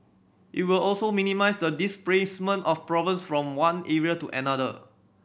it will also minimise the displacement of problems from one area to another